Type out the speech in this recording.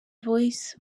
voice